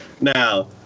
Now